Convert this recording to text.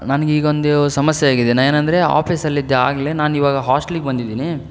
ನನಗೀಗೊಂದು ಸಮಸ್ಯೆಯಾಗಿದೆಯಲ್ಲ ಏನೆಂದರೆ ಆಫೀಸಲ್ಲಿದ್ದೆ ಆಗಲೆ ನಾನಿವಾಗ ಹಾಸ್ಟ್ಲಿಗೆ ಬಂದಿದ್ದೀನಿ